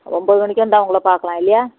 ஒன்போது மணிக்கு வந்தால் உங்களை பார்க்கலாம் இல்லையா